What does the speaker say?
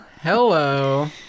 Hello